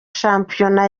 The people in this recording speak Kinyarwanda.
shampiyona